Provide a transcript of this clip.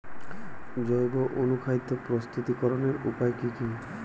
জৈব অনুখাদ্য প্রস্তুতিকরনের উপায় কী কী?